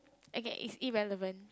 okay is irrelevant